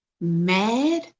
mad